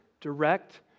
direct